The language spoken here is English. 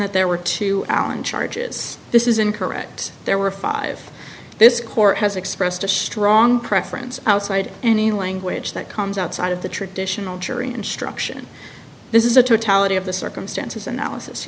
that there were two allen charges this is incorrect there were five this court has expressed a strong preference outside any language that comes outside of the traditional jury instruction this is a totality of the circumstances analysis you